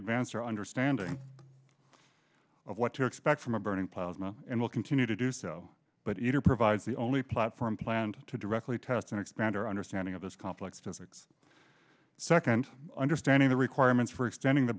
advance or understanding of what to expect from a burning plaza and will continue to do so but either provides the only platform planned to directly test and expand our understanding of this complex to fix second understanding the requirements for extending the